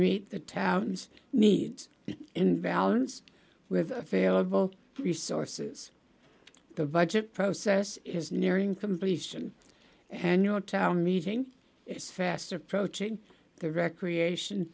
meet the town's needs in vallance with available resources the budget process is nearing completion and your town meeting is fast approaching the recreation